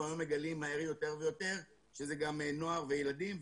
אנחנו היום מגלים יותר ויותר שזה גם נוער וילדים,